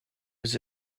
was